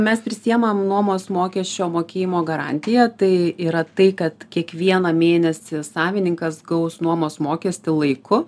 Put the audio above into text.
mes prisiemam nuomos mokesčio mokėjimo garantiją tai yra tai kad kiekvieną mėnesį savininkas gaus nuomos mokestį laiku